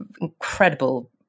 incredible